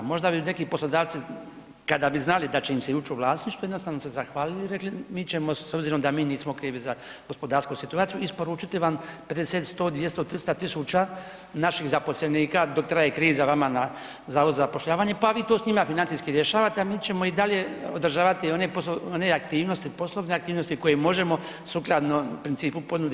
Možda bi neki poslodavci kada bi znali da će im se uć u vlasništvo, jednostavno se zahvalili i rekli mi ćemo s obzirom da mi nismo krivi za gospodarsku situaciju, isporučiti vam 50, 100, 200, 300 000 naših zaposlenika dok traje kriza vama na Zavod za zapošljavanje pa vi to s njima financijski rješavajte, a mi ćemo dalje održavati one aktivnosti, poslovne aktivnosti koje možemo sukladno principu ponude